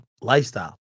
lifestyle